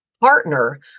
partner